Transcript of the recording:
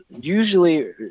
usually